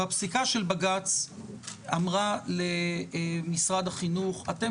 הפסיקה של בג"ץ אמרה למשרד החינוך: אתם